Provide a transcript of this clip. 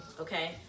okay